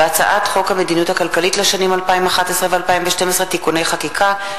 ובהצעת חוק המדיניות הכלכלית לשנים 2011 ו-2012 (תיקוני חקיקה),